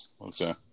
Okay